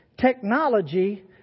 technology